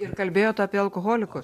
ir kalbėjot apie alkoholikus